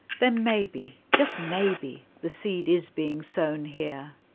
then maybe, just maybe the seed is being sown here.